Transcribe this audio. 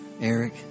Eric